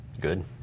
Good